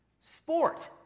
sport